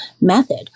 method